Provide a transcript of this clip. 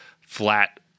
flat